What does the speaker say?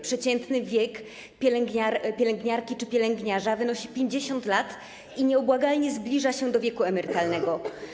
Przeciętny wiek pielęgniarki czy pielęgniarza wynosi 50 lat i nieubłagalnie zbliża się do wieku emerytalnego.